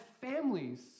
families